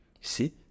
See